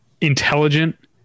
intelligent